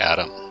Adam